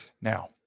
now